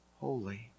holy